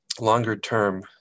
longer-term